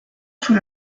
sous